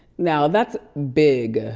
now that's big.